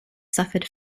suffered